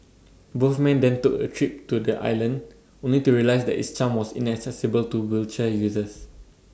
both men then took A trip to the island only to realise that its charm was inaccessible to wheelchair users